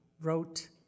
wrote